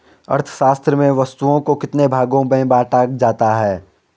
अर्थशास्त्र में वस्तुओं को कितने भागों में बांटा जाता है?